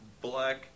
black